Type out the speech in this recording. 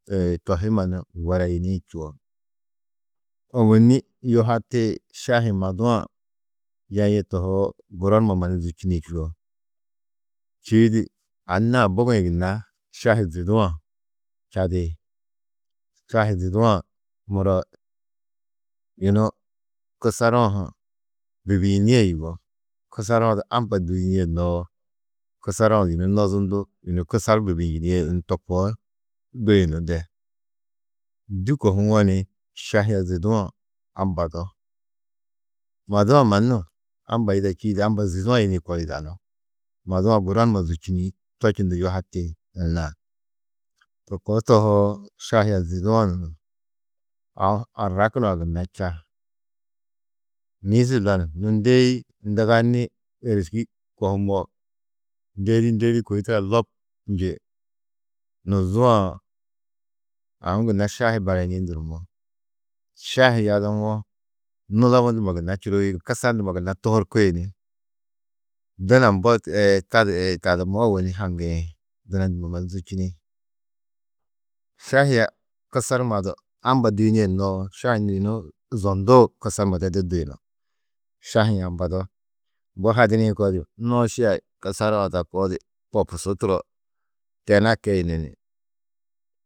To hi mannu wereyini čuo, ôwonni yuhati šahi madu-ã yaiê tohoo guro numa mannu zûčini čuo, čîidi anna-ã bugi-ĩ gunna šahi zidu-ã čadi. Šahi zudu-ã muro yunu kusaru-ã ha bibiyinîe yugó, kusaru-ã du amba duyunîe gunnoo, kusaru-ã du yunu nozundu yunu kusar bibiyinîe yunu to koo duyunú de. Ndû kohuwo ni šahi a zudu-ã ambado, madu-ã mannu amba yida čîidi amba zudu-ã yidĩ koo yidanú. Madu-ã guro numa zûčini to čundu yuhati anna-ã. To koo tohoo šahi a zudu-ã aũ arrakunã gunna ča. Ŋîzu lanu nû ndeî nduganî êriski kohumo, ndedî ndediî kôi turoa lobnji nuzuã aũ gunna šahi barayinĩ durumuũ. Šahi yaduwo nulobu nduma gunna čurii, kusar nduma gunna tuhurki ni duna mbo tadu tadumo ôwonni haŋgiĩ, duna nduma mannu zûčini. Šahi a kusar numa du amba duyinîe noo šahi yunu zonduu kusar numa de du duyunú, šahi-ĩ ambado mbo hadirĩ koodi nooši a kusaru-ã du a koo di popusu turo tena keyunu ni.